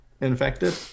infected